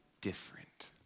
different